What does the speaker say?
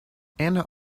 anna